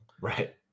right